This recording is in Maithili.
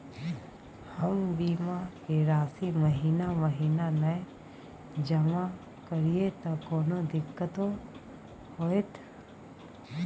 हम बीमा के राशि महीना महीना नय जमा करिए त कोनो दिक्कतों होतय?